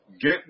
get